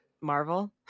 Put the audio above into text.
Marvel